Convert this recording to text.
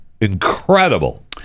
incredible